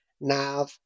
Now